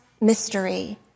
mystery